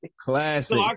classic